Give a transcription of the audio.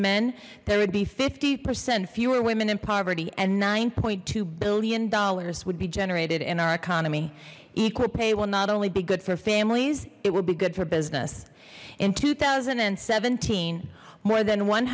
men there would be fifty percent fewer women in poverty and nine point two billion dollars would be generated in our economy equal pay will not only be good for families it will be good for business in two thousand and seventeen more than one